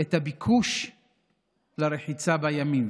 את הביקוש לרחיצה בימים.